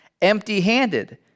empty-handed